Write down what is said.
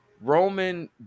Roman